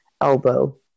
elbow